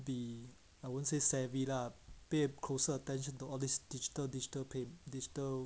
be I won't say savvy lah pay closer attention to all this digital digital pay digital